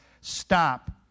stop